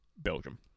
Belgium